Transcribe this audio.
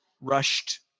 rushed